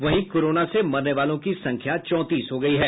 वहीं कोरोना से मरने वालों की संख्या चौंतीस हो गयी है